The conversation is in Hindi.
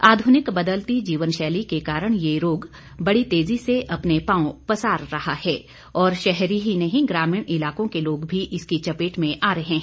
आध्निक बदलती जीवन शैली के कारण यह रोग बड़ी तेजी से अपने पांव पसार रहा है और शहरी ही नहीं ग्रामीण इलाकों के लोग भी इसकी चपेट में आ रहे हैं